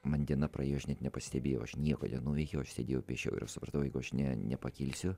man diena praėjo aš net nepastebėjau aš nieko nenuveikiau aš sėdėjau priešiau ir aš supratau jeigu aš ne nepakilsiu